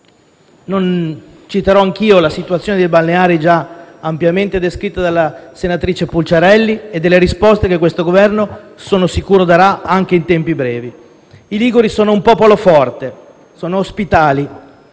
Non citerò anch'io la situazione dei balneari già ampiamente descritta dalla senatrice Pucciarelli, ma sono sicuro delle risposte che questo Governo darà, anche in tempi brevi. I liguri sono un popolo forte e sono ospitali